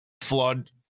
flood